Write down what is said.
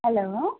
hello